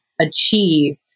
achieve